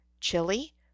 chili